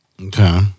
Okay